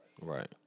Right